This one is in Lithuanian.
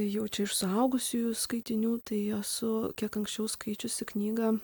jaučiu iš suaugusiųjų skaitinių tai esu kiek anksčiau skaičiusi knygą